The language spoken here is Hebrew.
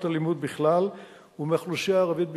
אלימות בכלל ומהאוכלוסייה הערבית בפרט.